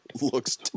looks